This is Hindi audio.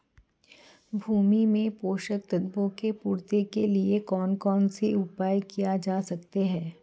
भूमि में पोषक तत्वों की पूर्ति के लिए कौन कौन से उपाय किए जा सकते हैं?